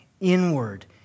inward